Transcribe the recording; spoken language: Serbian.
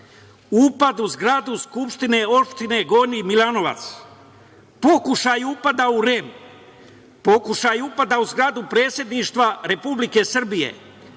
upad u zgradu Skupštine opštine Gornji Milanovac, pokušaj upada u REM, pokušaj upada u zgradu Predsedništva Republike Srbije,